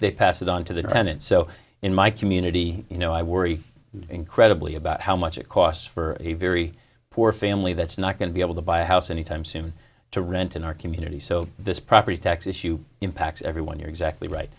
they pass it on to the granite so in my community you know i worry incredibly about how much it costs for a very poor family that's not going to be able to buy a house any time soon to rent in our community so this property tax issue impacts everyone you're exactly right